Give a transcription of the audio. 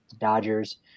Dodgers